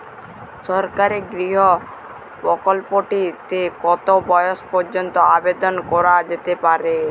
সরকারি গৃহ প্রকল্পটি তে কত বয়স পর্যন্ত আবেদন করা যেতে পারে?